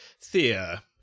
Thea